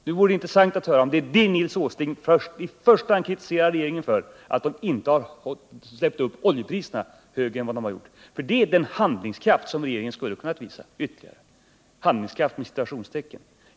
Det vore intressant att höra om det är detta Nils Åsling i första hand kritiserar regeringen för — att den inte har låtit oljepriserna stiga högre än vad som har skett. Det vore nämligen den ytterligare ”handlingskraft” som regeringen skulle ha kunnat visa.